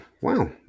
Wow